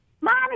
Mommy